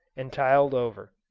and tiled over.